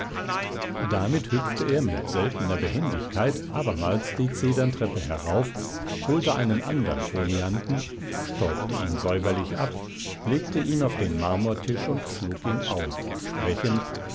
damit hüpfte er mit seltener behendigkeit abermals die zederntreppe herauf holte einen andern folianten stäubte ihn säuberlich ab legte ihn auf den marmortisch und schlug ihn auf sprechend